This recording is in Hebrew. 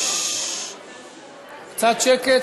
קצת שקט,